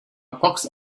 pox